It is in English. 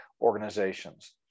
organizations